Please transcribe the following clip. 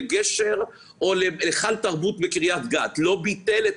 לגשר או להיכל תרבות בקרית גת לא ביטל את